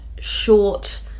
short